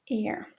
air